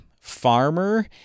farmer